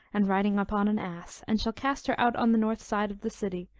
and riding upon an ass and shall cast her out on the north side of the city,